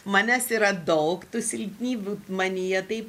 manęs yra daug tų silpnybių manyje taip